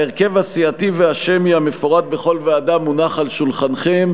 ההרכב הסיעתי והשמי המפורט בכל ועדה מונח על שולחנכם,